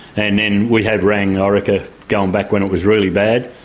and then we have rang orica, going back when it was really bad,